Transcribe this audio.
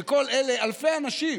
שכל אלה אלפי אנשים,